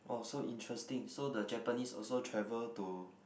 oh so interesting so the Japanese also travel to